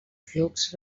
flux